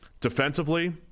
defensively